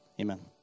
Amen